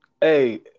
Hey